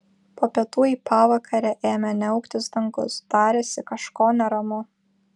po pietų į pavakarę ėmė niauktis dangus darėsi kažko neramu